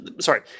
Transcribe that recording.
Sorry